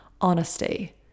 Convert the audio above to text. honesty